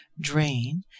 drain